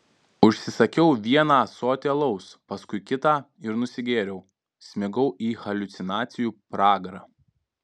užsisakiau vieną ąsotį alaus paskui kitą ir nusigėriau smigau į haliucinacijų pragarą